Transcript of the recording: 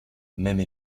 même